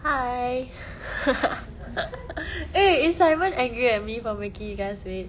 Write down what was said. hi eh is simon angry at me for making you guys wait